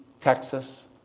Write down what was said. Texas